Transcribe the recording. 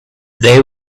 they